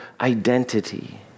identity